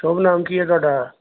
ਸ਼ੁਭ ਨਾਮ ਕੀ ਹੈ ਤੁਹਾਡਾ